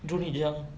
don't eat junk